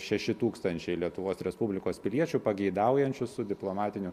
šeši tūkstančiai lietuvos respublikos piliečių pageidaujančių su diplomatinių